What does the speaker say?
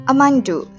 Amandu